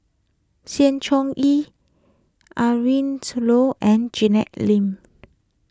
Sng Choon Yee Adrin Loi and Janet Lim